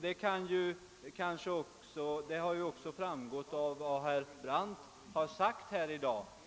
Detta framhöll också herr Brandt tidigare i debatten.